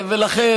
ולכן,